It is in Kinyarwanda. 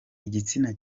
igitsina